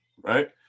right